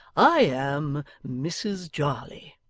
i am mrs jarley